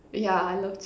yeah I love cheese